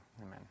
amen